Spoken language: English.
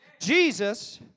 Jesus